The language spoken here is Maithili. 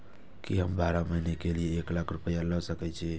की हम बारह महीना के लिए एक लाख रूपया ले सके छी?